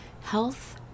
Health